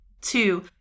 Two